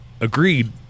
agreed